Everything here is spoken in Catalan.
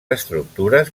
estructures